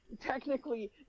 technically